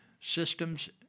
systems